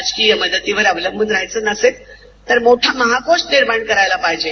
राजकिय मदतीवर अवलंबून रहायचं नसेल तर मोठा महाकोश निर्माण करायला पाहिजे